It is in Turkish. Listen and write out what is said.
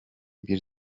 bir